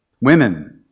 Women